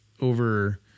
over